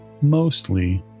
mostly